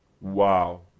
Wow